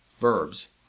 verbs